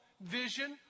Vision